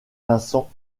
vincent